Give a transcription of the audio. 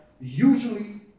usually